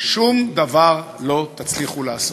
שום דבר לא תצליחו לעשות.